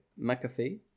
McAfee